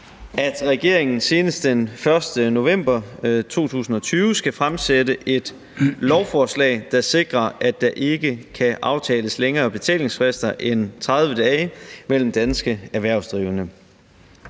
at regeringen senest den 1. november 2020 skal fremsætte et lovforslag, der sikrer, at der ikke kan aftales længere betalingsfrister end 30 dage mellem danske erhvervsdrivende.